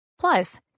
Plus